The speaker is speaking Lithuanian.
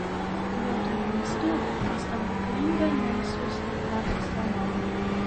vietoj vaistų po stebuklingą naisių sveikatos taloną